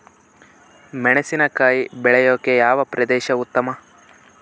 ಮೆಣಸಿನಕಾಯಿ ಬೆಳೆಯೊಕೆ ಯಾವ ಪ್ರದೇಶ ಉತ್ತಮ?